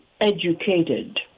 educated